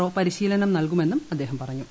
O പരിശീലനം നൽകുമെന്നും അദ്ദേഹം പറഞ്ഞു